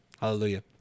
Hallelujah